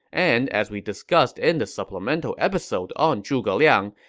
and as we discussed in the supplemental episode on zhuge liang,